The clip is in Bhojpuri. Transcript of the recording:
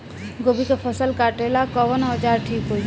गोभी के फसल काटेला कवन औजार ठीक होई?